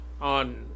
on